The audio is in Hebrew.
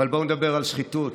אבל בואו נדבר על שחיתות.